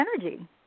energy